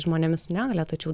žmonėmis su negalia tačiau